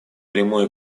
прямой